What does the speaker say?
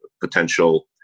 potential